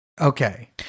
Okay